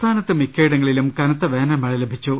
സംസ്ഥാനത്ത് മിക്കയിടങ്ങളിലും കനത്ത വേനൽ മഴ ലഭി ച്ചു